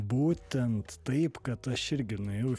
būtent taip kad aš irgi nuėjau